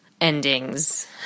endings